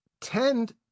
tend